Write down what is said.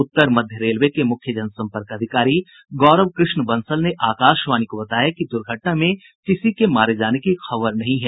उत्तर मघ्य रेलवे के मुख्य जनसंपर्क अधिकारी गौरव कृष्ण बंसल ने आकाशवाणी को बताया कि दुर्घटना में किसी के मारे जाने की खबर नहीं है